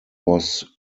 was